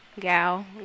gal